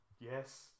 yes